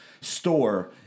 store